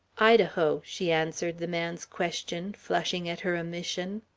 idaho, she answered the man's question, flushing at her omission.